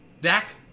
Dak